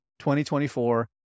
2024